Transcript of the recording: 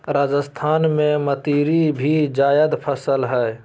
राजस्थान में मतीरी भी जायद फसल हइ